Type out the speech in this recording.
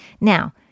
Now